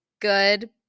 good